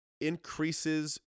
increases